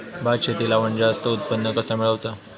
भात शेती लावण जास्त उत्पन्न कसा मेळवचा?